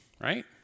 right